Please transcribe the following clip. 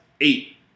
Eight